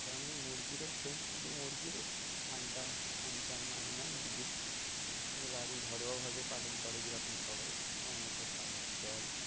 তেমনিই মুরগীরও সেম কিন্তু মুরগিরও ঠান্ডা হ্যান ত্যান মানে না মুরগী বাড়ি ঘরোয়াভাবে পালন করে যেরকম সবাই সময় মতো খাবার জল